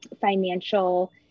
financial